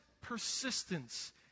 persistence